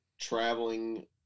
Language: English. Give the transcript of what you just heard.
traveling